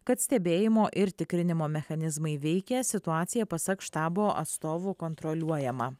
kad stebėjimo ir tikrinimo mechanizmai veikia situacija pasak štabo atstovų kontroliuojama